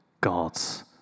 God's